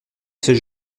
ses